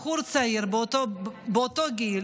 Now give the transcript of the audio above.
בחור צעיר באותו גיל